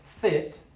fit